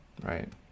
Right